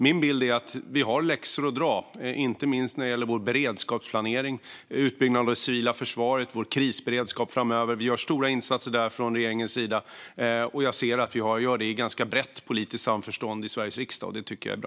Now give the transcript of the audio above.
Min bild är att vi har läxor att göra, inte minst när det gäller vår beredskapsplanering, utbyggnaden av det civila försvaret och vår krisberedskap framöver. Vi gör stora insatser där från regeringens sida, och jag ser att vi gör det i ganska brett politiskt samförstånd i Sveriges riksdag. Det tycker jag är bra.